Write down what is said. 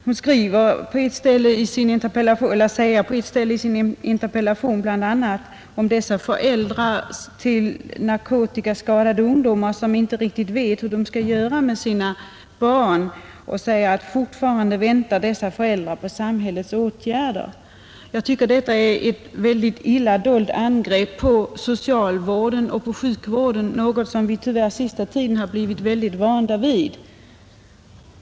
Hon talar på ett ställe i interpellationen bl.a. om dessa föräldrar till narkotikaskadade ungdomar som inte riktigt vet hur de skall göra med sina barn. Hon skriver: ”Fortfarande väntar dessa föräldrar på samhällets åtgärder.” Jag tycker att detta är ett illa dolt angrepp på socialvården och sjukvården, något som vi tyvärr på senaste tiden har blivit vana vid.